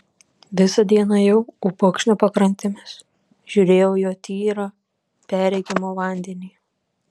visą dieną ėjau upokšnio pakrantėmis žiūrėjau į jo tyrą perregimą vandenį